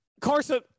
Carson